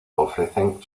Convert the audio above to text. ofrecen